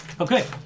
Okay